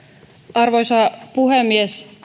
arvoisa puhemies